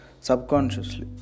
Subconsciously